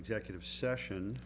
executive session